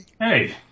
Hey